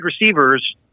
receivers